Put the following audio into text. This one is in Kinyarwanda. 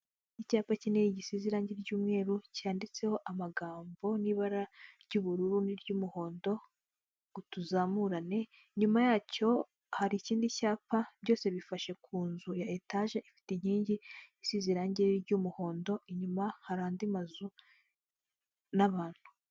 Icyapa kinini gisize irangi ry'umweru, cyanditseho amagambo n'ibara ry'ubururu n'iry'umuhondo ngo "tuzamurane"; inyuma yacyo hari ikindi cyapa, byose bifashe ku nzu ya etaje ifite inkingi isize irangi ry'umuhondo; inyuma hari andi mazu n'abantu.